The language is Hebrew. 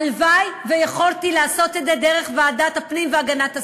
הלוואי שיכולתי לעשות את זה דרך ועדת הפנים והגנת הסביבה.